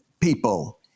people